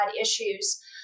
issues